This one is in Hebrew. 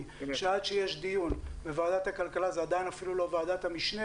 שעד שיש דיון בוועדת הכלכלה זה עדיין אפילו לא ועדת המשנה